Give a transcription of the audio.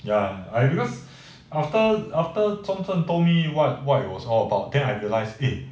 ya I because after after zhongzhen told me what what it was all about then I realize eh